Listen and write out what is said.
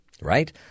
Right